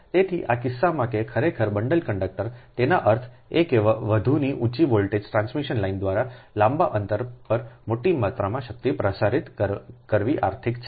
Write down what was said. તેથી આ કિસ્સામાં કે ખરેખર બંડલ કંડક્ટરતેનો અર્થ એ કે વધુની ઊંચું વોલ્ટેજ ટ્રાન્સમિશન લાઇન દ્વારા લાંબા અંતર પર મોટી માત્રામાં શક્તિ પ્રસારિત કરવી આર્થિક છે